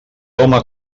home